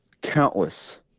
countless